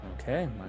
Okay